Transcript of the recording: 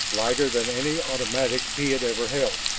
lighter than any automatic he had ever held.